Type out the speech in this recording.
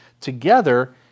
Together